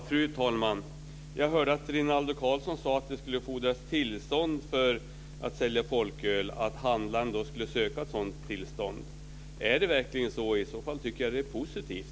Fru talman! Jag hörde att Rinaldo Karlsson sade att det skulle fordras tillstånd för handlare vid försäljning av folköl. Är det verkligen så? I så fall tycker jag att det är positivt.